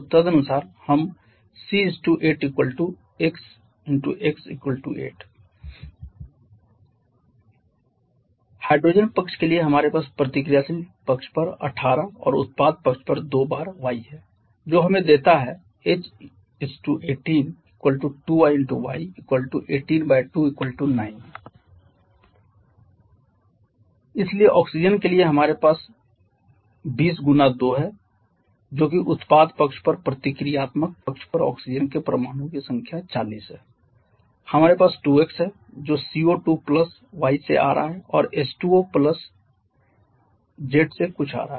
तो तदनुसार हम C 8 x 🡺 x 8 हाइड्रोजन पक्ष के लिए हमारे पास प्रतिक्रियाशील पक्ष पर 18 और उत्पाद पक्ष पर दो बार y है जो हमें देता है H 18 2y 🡺 y 182 9 इसलिए ऑक्सीजन के लिए हमारे पास 20 गुणा 2 है जो कि उत्पाद पक्ष पर प्रतिक्रियात्मक पक्ष पर ऑक्सीजन के परमाणुओं की संख्या 40 है हमारे पास 2x है जो CO2 प्लस y से आ रहा है और H2O प्लस कुछ z से आ रहा है